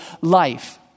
life